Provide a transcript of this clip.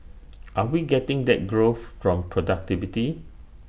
are we getting that growth from productivity